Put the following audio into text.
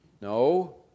No